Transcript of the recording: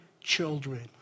children